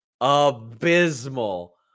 abysmal